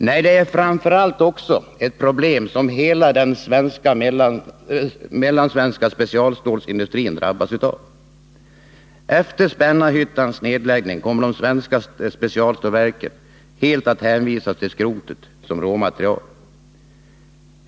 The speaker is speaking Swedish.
Nej, det är framför allt också ett problem som hela den mellansvenska specialstålsindustrin drabbas av. Efter Spännarhyttans nedläggning kommer de svenska specialstålverken helt att hänvisas till skrotet som råmaterial.